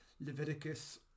Leviticus